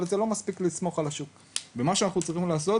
אבל זה לא מספיק לסמוך על השוק ומה שאנחנו צריכים לעשות